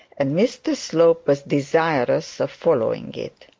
and mr slope was desirous of following it.